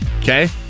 Okay